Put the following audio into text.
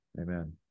Amen